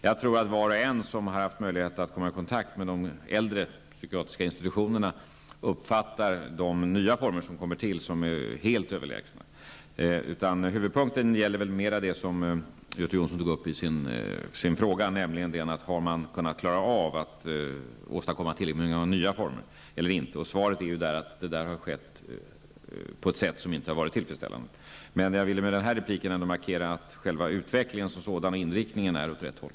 Jag tror att var och en som har haft möjlighet att komma i kontakt med äldre psykiatriska institutioner uppfattar de nya formerna såsom helt överlägsna. Huvudpunkten är det som Göte Jonsson tog upp i sin fråga, nämligen: Har man klarat av att åstadkomma nya former? Svaret är att det har skett på ett sätt som inte har varit tillfredställande. Jag vill dock markera att själva utvecklingen som sådan går åt rätt håll.